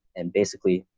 and basically,